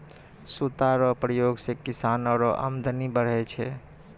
सूता रो प्रयोग से किसानो रो अमदनी बढ़ै छै